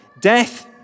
Death